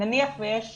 נניח שיש